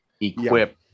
equip